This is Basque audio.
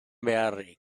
beharrik